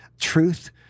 truth